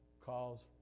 calls